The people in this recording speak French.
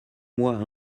mois